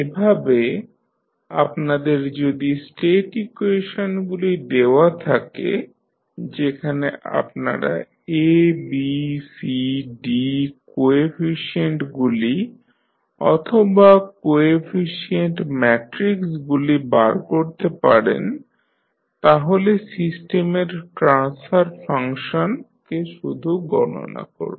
এভাবে আপনাদের যদি স্টেট ইকুয়েশনগুলি দেওয়া থাকে যেখানে আপনারা A B C D কোএফিশিয়েন্টগুলি অথবা কোএফিশিয়েন্ট ম্যাট্রিক্সগুলি বার করতে পারেন তাহলে সিস্টেমের ট্রান্সফার ফাংশন কে শুধু গণনা করুন